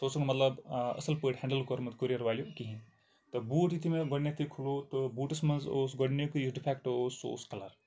سۄ اوسُکھ مطلب اَصٕل پٲٹھۍ ہٮ۪نڈٕل کوٚرمُت کُوٚریَر والیٚو کِہینۍ تہٕ بوٗٹھ یُتھٕے مےٚ گۄڈٕنٮ۪تھٕے کھُلوو تہٕ بوٗٹَس منٛز اوس گۄڈٕنِکُے یُس ڈِفٮ۪کٹہٕ اوس سُہ اوس کَلَر